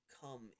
come